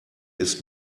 ist